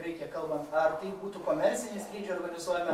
reikia kalbant ar tai būtų komerciniai skrydžiai organizuojami